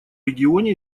регионе